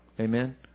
Amen